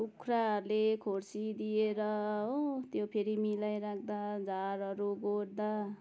कुखुराहरूले खोर्सिदिएर हो त्यो फेरि मिलाइराख्दा झारहरू गोड्दा